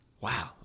Wow